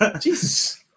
Jesus